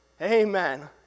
Amen